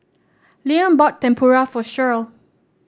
Liam bought Tempura for Shirl